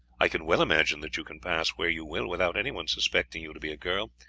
i can well imagine that you can pass where you will without anyone suspecting you to be a girl,